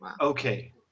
Okay